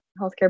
healthcare